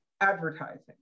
advertising